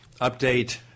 update